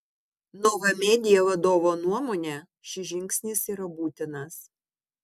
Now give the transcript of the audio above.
nova media vadovo nuomone šis žingsnis yra būtinas